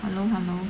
hello hello